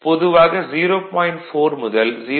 4 முதல் 0